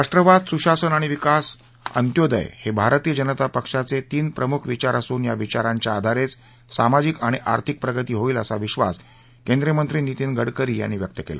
राष्ट्रवाद सुशासन आणि विकास अंत्योदय हे भारतीय जनता पक्षाचे तीन प्रमुख विचार असून या विचारांच्या आधारेच सामाजिक आणि आर्थिक प्रगती होईल असा विश्वास केंद्रीय मंत्री नितीन गडकरी यांनी व्यक्त केला